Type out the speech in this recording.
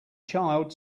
child